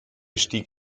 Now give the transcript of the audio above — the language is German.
stieg